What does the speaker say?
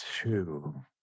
Two